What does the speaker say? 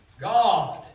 God